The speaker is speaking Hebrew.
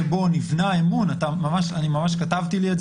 הוא תהליך שבו נבנה אמון אני ממש כתבתי לי את זה